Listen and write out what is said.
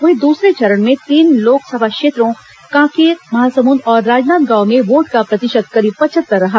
वहीं दूसरे चरण में तीन लोकसभा क्षेत्रों कांकेर महासमुद और राजनांदगांव में वोट का प्रतिशत करीब पचहत्तर रहा